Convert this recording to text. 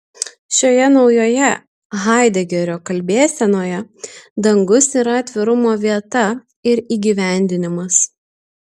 šioje naujoje haidegerio kalbėsenoje dangus yra atvirumo vieta ir įgyvendinimas